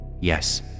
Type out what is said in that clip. Yes